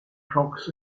cox